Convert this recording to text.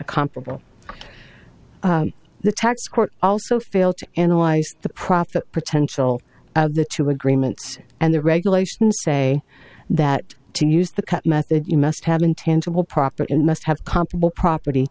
comparable the tax court also failed to analyze the profit potential of the two agreements and the regulations say that to use the cut method you must have intangible proper in must have comparable property